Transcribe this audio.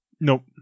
Nope